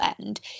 end